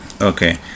Okay